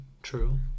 True